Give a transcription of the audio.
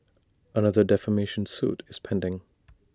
another defamation suit is pending